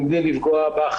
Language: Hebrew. מבלי לפגוע בך,